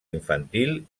infantil